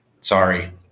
sorry